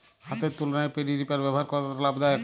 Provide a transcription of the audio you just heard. হাতের তুলনায় paddy reaper ব্যবহার কতটা লাভদায়ক?